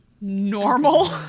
normal